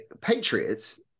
patriots